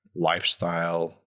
lifestyle